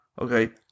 Okay